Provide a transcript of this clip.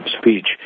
speech